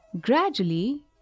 Gradually